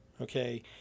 okay